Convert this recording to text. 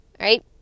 right